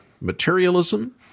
materialism